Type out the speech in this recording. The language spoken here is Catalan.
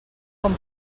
com